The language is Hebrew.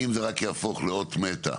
אם זה רק יהפוך לאות מתה,